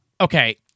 okay